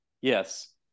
yes